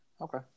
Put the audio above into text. Okay